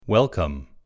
Welcome